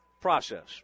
process